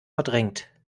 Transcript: verdrängt